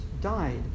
died